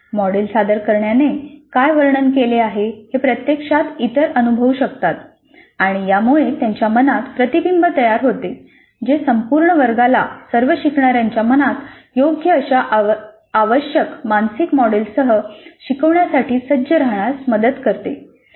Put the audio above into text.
model सादर करणाऱ्याने काय वर्णन केले आहे हे प्रत्यक्षात इतर अनुभवू शकतात आणि यामुळे त्यांच्यात समान प्रतिबिंब तयार होते जे संपूर्ण वर्गाला सर्व शिकणार्याच्या मनात योग्य अशा आवश्यक मानसिक मॉडेलसह शिकण्यासाठी सज्ज राहण्यास मदत करते